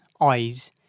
eyes